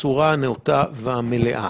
בצורה הנאותה והמלאה.